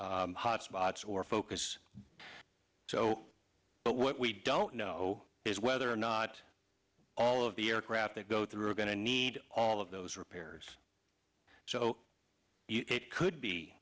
hotspots or focus so but what we don't know is whether or not all of the aircraft that go through are going to need all of those repairs so it could be